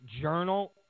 Journal